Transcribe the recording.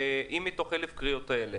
ואם מתוך ה-1,000 קריאות האלה